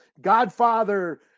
Godfather